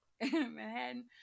Manhattan